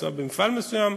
במפעל מסוים,